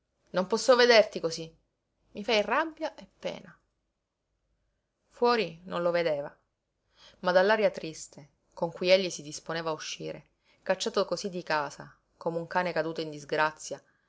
non posso vederti cosí i fai rabbia e pena fuori non lo vedeva ma dall'aria triste con cui egli si disponeva a uscire cacciato cosí di casa come un cane caduto in disgrazia